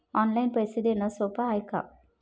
Online पैसे देण सोप हाय का?